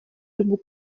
dobu